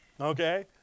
Okay